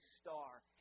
star